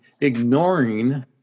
ignoring